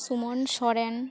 Suman Soren